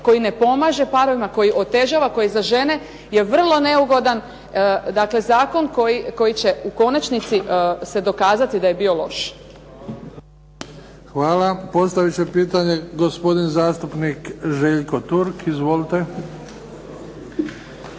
koji ne pomaže parovima, koji otežava koji je za žene vrlo neugodan. Dakle, zakon koji će u konačnici se dokazati da je bio loš. **Bebić, Luka (HDZ)** Hvala. Postavit će pitanje gospodin zastupnik Željko Turk. Izvolite.